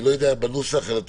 אני